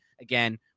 again